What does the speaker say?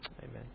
Amen